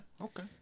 okay